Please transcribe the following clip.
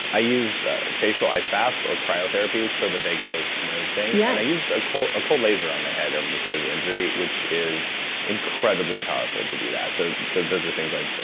i used facial ice baths, or cryotherapy, for the vagal nerve thing yeah and i used a cold cold laser on my head, over the site of the injury, which is incredibly powerful to do that. so so those are things i.